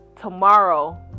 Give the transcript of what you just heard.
tomorrow